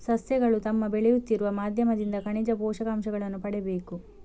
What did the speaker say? ಸಸ್ಯಗಳು ತಮ್ಮ ಬೆಳೆಯುತ್ತಿರುವ ಮಾಧ್ಯಮದಿಂದ ಖನಿಜ ಪೋಷಕಾಂಶಗಳನ್ನು ಪಡೆಯಬೇಕು